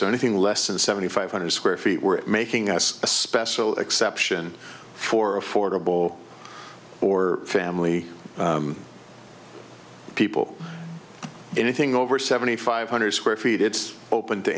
only thing less than seventy five hundred square feet were making us a special exception for affordable or family people anything over seventy five hundred square feet it's open to